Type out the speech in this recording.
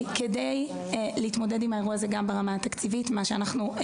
כדי להתמודד עם האירוע הזה גם ברמה התקציבית הצענו